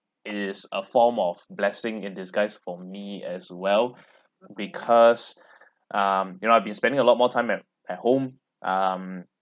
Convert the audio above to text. it is a form of blessing in disguise for me as well because um you know I've been spending a lot more time at at home um